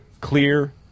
Clear